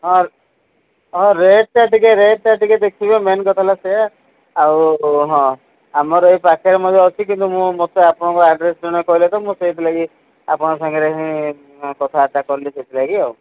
ହଁ ହଁ ରେଟ୍ଟା ଟିକିଏ ରେଟ୍ଟା ଟିକେ ଦେଖିବେ ମେନ୍ କଥା ହେଲା ସେ ଆଉ ହଁ ଆମର ଏଇ ପାଖେରେ ମଧ୍ୟ ଅଛି କିନ୍ତୁ ମୁଁ ମୋତେ ଆପଣଙ୍କ ଆଡ଼୍ରେସ୍ ଜଣେ କହିଲେ ତ ମୁଁ ସେଇଥିଲାଗି ଆପଣଙ୍କ ସାଙ୍ଗରେ ହିଁ କଥାବାର୍ତ୍ତା କଲି ସେଥିଲାଗି ଆଉ